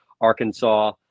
Arkansas